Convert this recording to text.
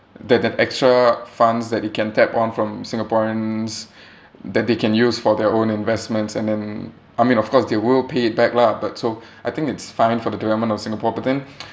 that that extra funds that it can tap on from singaporeans that they can use for their own investments and then I mean of course they will pay it back lah but so I think it's fine for the development of singapore but then